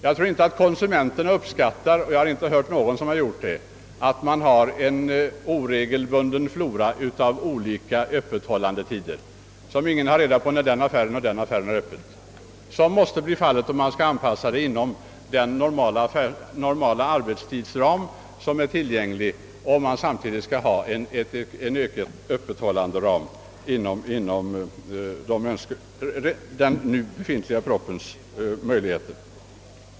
Jag tror inte att konsumenterna skulle uppskatta en oregelbunden flora av olika öppethållandetider, som gör att ingen vet när den eller den affären har öppet. Jag har inte hört någon som uppskattat det. Och en sådan flora får vi, om vi skall göra en anpassning till den normala arbetstidsram vi har och om vi samtidigt skall ha en öppethållanderam som den som redan ligger inom propositionens möjligheter.